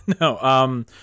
No